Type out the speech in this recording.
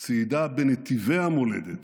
צעידה בנתיבי המולדת